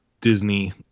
Disney